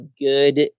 good